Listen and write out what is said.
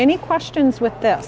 any questions with th